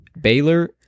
Baylor